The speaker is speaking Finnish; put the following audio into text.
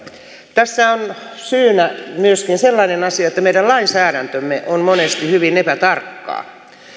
tässä on syynä myöskin sellainen asia että meidän lainsäädäntömme on monesti hyvin epätarkkaa